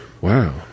wow